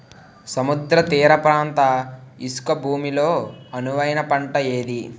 సముద్ర తీర ప్రాంత ఇసుక భూమి లో అనువైన పంట ఏది?